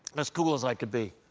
as cool as i could be